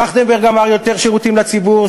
טרכטנברג אמר: יותר שירותים לציבור,